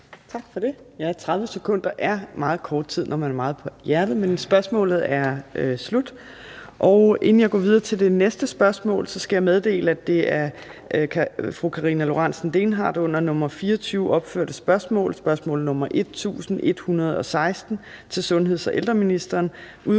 Tak for det. Ja, 30 sekunder er meget kort tid, når man har meget på hjerte. Men spørgsmålet er slut. Inden jeg går videre til det næste spørgsmål, skal jeg meddele, at det af fru Karina Lorentzen Dehnhardt under nr. 24 opførte spørgsmål til sundheds- og ældreministeren,